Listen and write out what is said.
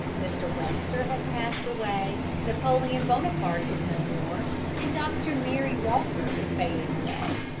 mr. webster has passed away napoleon bonaparte is no more and dr. mary walker is fading away.